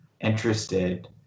interested